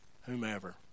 whomever